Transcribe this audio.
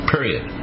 Period